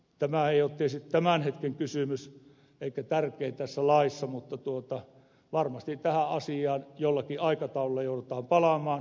tämä ei ole tietysti tämän hetken kysymys eikä tärkein tässä laissa mutta varmasti tähän asiaan jollakin aikataululla joudutaan palaamaan